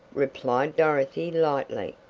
replied dorothy lightly.